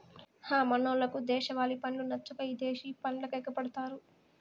హ మనోళ్లకు దేశవాలి పండ్లు నచ్చక ఇదేశి పండ్లకెగపడతారు